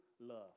Love